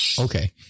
Okay